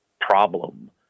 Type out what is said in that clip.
problem